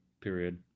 period